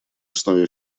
основе